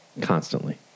Constantly